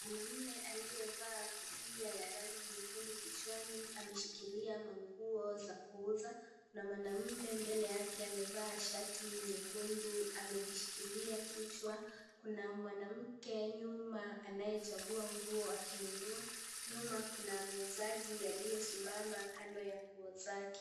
Mwanamme aliyevaa kofia ya rangi nyekundu kichwani ameshikilia manguo za kuuza, kuna mwanamme mbele yake amevaa shati nyekundu amejishikilia kichwa. Kuna mwanamke nyuma anayechagua nguo akinunua, nyuma kuna muuzaji aliyesimama kando ya nguo zake.